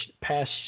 past